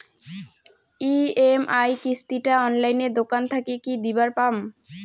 EMI কিস্তি টা অনলাইনে দোকান থাকি কি দিবার পাম?